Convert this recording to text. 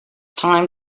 time